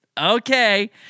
okay